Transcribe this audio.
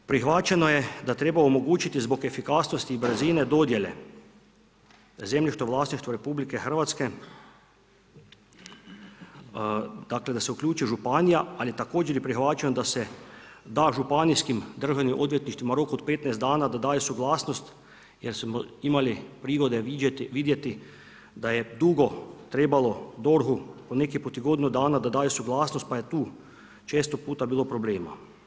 Prihvaćeno je da treba omogućiti zbog efikasnosti i brzine dodjele zemljišta u vlasništvu RH dakle da se uključi i županija, ali također je prihvaćeno da se da županijskim državnim odvjetništvima rok od 15 dana da daje suglasnost jer su imali prigode vidjeti da je dugo trebalo DORH-u, nekih po godinu dana da daju suglasnost pa je tu često puta bilo problema.